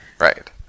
Right